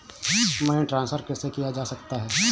Money transfer कैसे किया जा सकता है?